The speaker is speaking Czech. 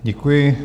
Děkuji.